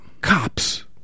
Cops